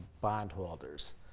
bondholders